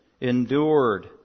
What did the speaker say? endured